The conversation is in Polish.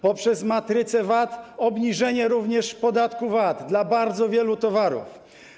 Poprzez matrycę VAT obniżenie również podatku VAT dla bardzo wielu towarów.